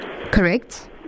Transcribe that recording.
Correct